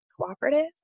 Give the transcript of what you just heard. cooperative